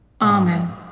Amen